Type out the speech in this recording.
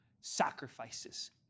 sacrifices